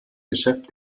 geschäft